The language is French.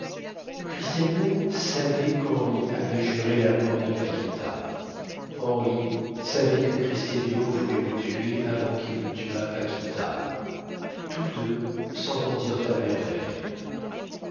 christemio savait qu'henri avait juré la mort de paquita henri savait que christemio voulait le tuer avant qu'il ne tuât paquita tous deux s'entendirent à merveille